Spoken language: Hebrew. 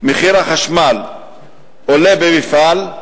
מחיר החשמל עולה במפעל,